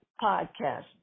podcast